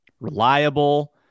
reliable